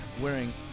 wearing